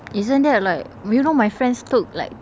isn't that like you know my friends took like